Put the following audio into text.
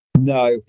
No